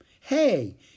Hey